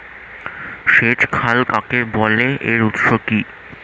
সেচ খাল কাকে বলে এর উৎস কি?